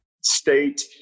state